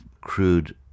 crude